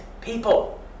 people